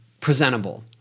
presentable